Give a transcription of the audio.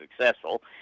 successful